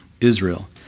Israel